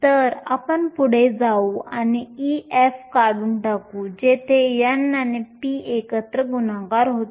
तर आपण पुढे जाऊ आणि Ef काढून टाकू जेथे n आणि p एकत्र गुणाकार होतो